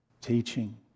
teaching